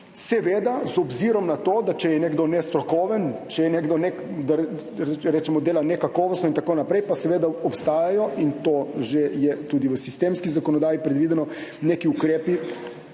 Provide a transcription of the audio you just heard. seveda z obzirom na to, da če je nekdo nestrokoven, če je nekdo, da rečemo, dela nekakovostno in tako naprej, pa seveda obstajajo, in to že je tudi v sistemski zakonodaji predvideno, neki ukrepi